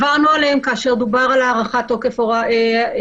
עברנו עליהם כאשר דובר על הארכת תוקף התקש"ח.